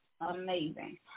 Amazing